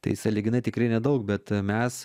tai sąlyginai tikrai nedaug bet mes